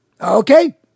okay